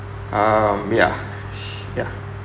um ya she ya